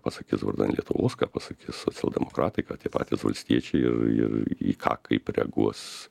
pasakys vardan lietuvos ką pasakys socialdemokratai ką tie patys valstiečiai ir į ką kaip reaguos